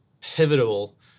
pivotal